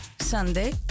Sunday